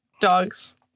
dogs